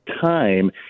time